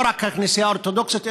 לא רק הכנסייה האורתודוקסית,